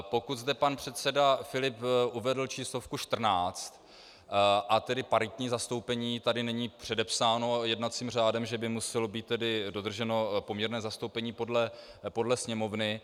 Pokud zde pan předseda Filip uvedl číslovku 14, a tedy paritní zastoupení, tady není předepsáno jednacím řádem, že by muselo být dodrženo poměrné zastoupení podle Sněmovny.